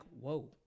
whoa